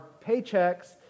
paychecks